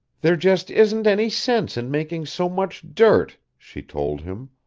there just isn't any sense in making so much dirt, she told him.